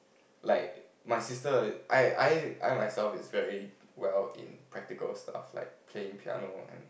like my sister I I I myself is very well in practical stuff like playing piano and